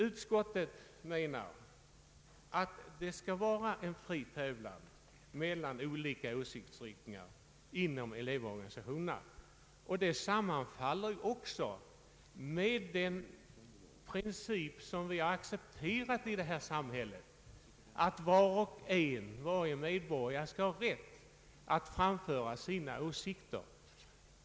Utskottet anser att det skall vara en fri tävlan mellan olika åsiktsriktningar inom elevorganisationerna, vilket sammanfaller med den princip som vi har accepterat i vårt samhälle, nämligen att varje medborgare skall ha rätt att framföra sina åsikter.